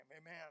amen